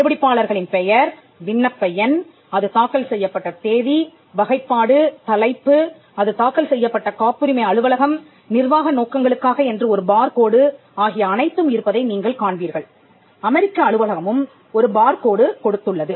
கண்டுபிடிப்பாளர்களின் பெயர் விண்ணப்ப எண் அது தாக்கல் செய்யப்பட்ட தேதி வகைப்பாடு தலைப்பு அது தாக்கல் செய்யப்பட்ட காப்புரிமை அலுவலகம் நிர்வாக நோக்கங்களுக்காக என்று ஒரு பார்கோடு ஆகிய அனைத்தும் இருப்பதை நீங்கள் காண்பீர்கள் அமெரிக்க அலுவலகமும் ஒரு பார்கோடு கொடுத்துள்ளது